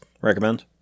Recommend